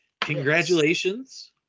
congratulations